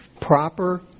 proper